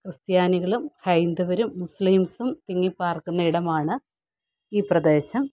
ക്രിസ്ത്യാനികളും ഹൈന്ദവരും മുസ്ലിംസും തിങ്ങിപ്പാർക്കുന്ന ഇടമാണ് ഈ പ്രദേശം